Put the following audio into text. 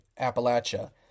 Appalachia